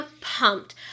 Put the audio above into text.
pumped